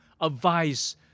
advise